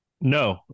No